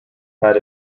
had